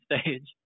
stage